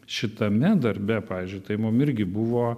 šitame darbe pavyzdžiui tai mum irgi buvo